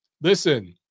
Listen